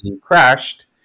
crashed